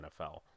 nfl